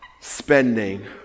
spending